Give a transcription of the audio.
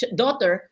daughter